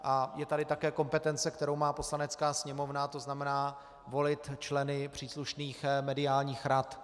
A je tady také kompetence, kterou má Poslanecká sněmovna, to znamená volit členy příslušných mediálních rad.